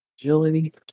agility